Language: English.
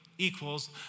Equals